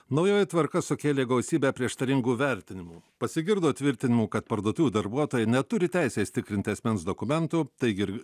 naujoji tvarka sukėlė gausybę prieštaringų vertinimų pasigirdo tvirtinimų kad parduotuvių darbuotojai neturi teisės tikrinti asmens dokumentų taigi ir